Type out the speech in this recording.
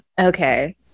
okay